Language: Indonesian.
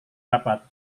rapat